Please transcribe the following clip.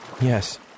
yes